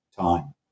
time